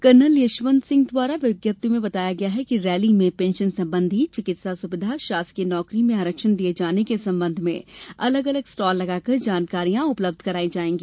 colonel Yashwant Singh द्वारा विज्ञप्ति में बताया गया है कि रैली में पेंशन संबंधी चिकित्सा सुविधा शासकीय नौकरी में आरक्षण दिये जाने के सम्बंध में अलग अलग स्टाल लगाकर जानकारियां उपलब्ध करवाई जायेगी